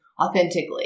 authentically